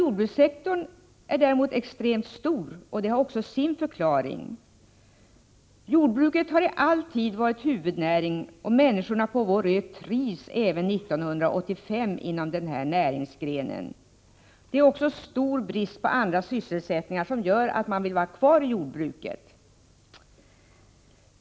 Jordbrukssektorn är däremot extremt stor, och det har också sin förklaring. Jordbruket har i alla tider varit huvudnäring, och människorna på vår ö trivs även 1985 inom den här näringsgrenen. Det är också stor brist på andra sysselsättningar, vilket gör att man vill vara kvar inom jordbruket.